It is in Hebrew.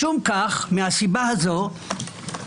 משום כך יש עוד חוק,